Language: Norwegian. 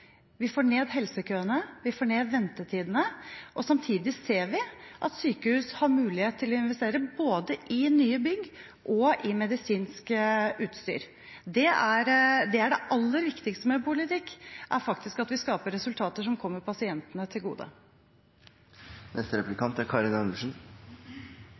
Vi får ned helsekøene, vi får ned ventetidene, og samtidig ser vi at sykehus har mulighet til å investere både i nye bygg og i medisinsk utstyr. Det er det aller viktigste med politikk – at vi skaper resultater som kommer pasientene til